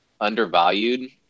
undervalued